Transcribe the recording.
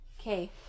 Okay